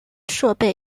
设备